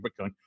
Bitcoin